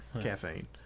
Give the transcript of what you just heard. Caffeine